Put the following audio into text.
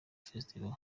festival